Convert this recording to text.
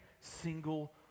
single